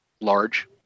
Large